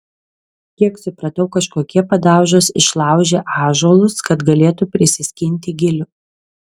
kiek supratau kažkokie padaužos išlaužė ąžuolus kad galėtų prisiskinti gilių